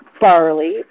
barley